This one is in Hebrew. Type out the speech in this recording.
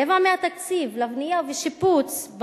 רבע מהתקציב לבנייה ולשיפוץ,